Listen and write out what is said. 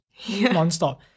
nonstop